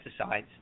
Pesticides